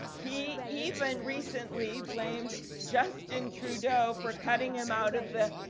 he even recently blamed justin trudeau for cutting him out of the